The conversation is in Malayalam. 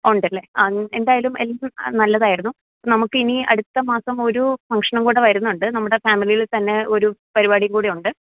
ഉണ്ട് അല്ലെ ആ എന്തായാലും എല്ലാം നല്ലതായിരുന്നു അപ്പം നമുക്കിനി അടുത്ത മാസം ഒരു ഫംഗ്ഷനും കൂടെ വരുന്നുണ്ട് നമ്മുടെ ഫാമിലിയിൽ തന്നെ ഒരു പരിപാടിയും കൂടെ ഉണ്ട്